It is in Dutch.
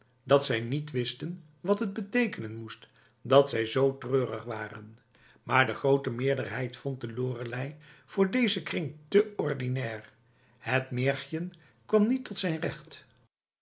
dat zij niet wisten wat het betekenen moest dat zij zo treurig waren maar de grote meerderheid vond de loreley voor deze kring te ordinair het marchen kwam niet tot zijn recht